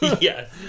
Yes